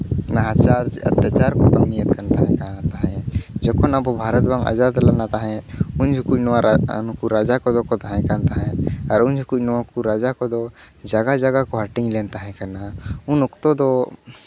ᱱᱟᱦᱟᱪᱟᱨ ᱚᱛᱛᱟᱪᱟᱨ ᱠᱚ ᱠᱟᱹᱢᱤᱭᱮᱫ ᱠᱟᱱ ᱛᱟᱦᱮᱸ ᱠᱟᱱᱟ ᱡᱚᱠᱷᱚᱱ ᱟᱵᱚ ᱵᱷᱟᱨᱚᱛ ᱵᱟᱝ ᱟᱡᱟᱫ ᱞᱮᱱᱟ ᱛᱟᱦᱮᱸᱫ ᱩᱱ ᱡᱚᱠᱷᱚᱡ ᱱᱩᱠᱩ ᱨᱟᱡᱟ ᱠᱚᱫᱚ ᱠᱚ ᱛᱟᱦᱮᱸ ᱠᱟᱱ ᱛᱟᱦᱮᱸᱫ ᱟᱨ ᱩᱱ ᱡᱚᱠᱷᱚᱡ ᱱᱩᱠᱩ ᱨᱟᱡᱟ ᱠᱚᱫᱚ ᱡᱟᱭᱜᱟ ᱡᱟᱭᱜᱟ ᱠᱚ ᱦᱟᱹᱴᱤᱧ ᱞᱮᱱ ᱛᱟᱦᱮᱸ ᱠᱟᱱᱟ ᱩᱱ ᱚᱠᱛᱚ ᱫᱚ